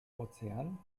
ozean